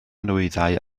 nwyddau